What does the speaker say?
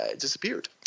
disappeared